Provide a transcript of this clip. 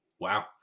Wow